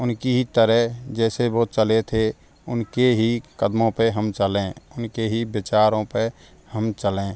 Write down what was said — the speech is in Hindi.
उन की ही तरह जैसे वो चले थे उन के ही कदमों पर हम चलें उन के ही विचारों पर हम चलें